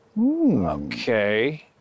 Okay